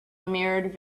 mirrored